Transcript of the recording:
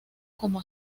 como